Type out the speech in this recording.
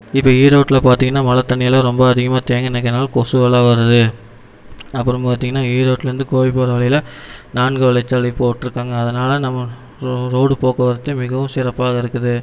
இப்போ ஈரோட்டில் பார்த்தீங்கனா மழை தண்ணியெல்லாம் ரொம்ப அதிகமாக தேங்கி நிற்கறனால கொசுவெல்லாம் வருது அப்புறம் பார்த்தீங்கனா ஈரோட்லந்து கோபி போகற வழியில நான்கு வழிச்சாலை போட்டுருக்காங்க அதனால் நம்ம ரோ ரோடு போக்குவரத்து மிகவும் சிறப்பாக இருக்குது